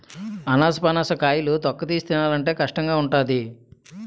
అనాసపనస కాయలు తొక్కతీసి తినాలంటే కష్టంగావుంటాది